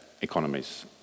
economies